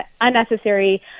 unnecessary